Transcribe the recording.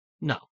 No